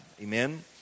Amen